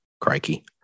Crikey